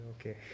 okay